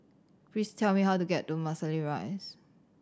please tell me how to get to Marsiling Rise